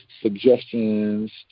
suggestions